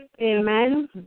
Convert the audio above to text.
Amen